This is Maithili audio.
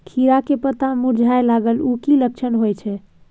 खीरा के पत्ता मुरझाय लागल उ कि लक्षण होय छै?